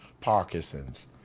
Parkinson's